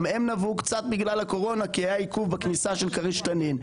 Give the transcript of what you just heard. גם הם נבעו קצת בגלל הקורונה כי היה עיכוב בכניסה של כריש-תנין.